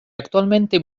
actualmente